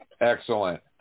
Excellent